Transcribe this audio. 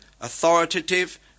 authoritative